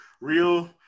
real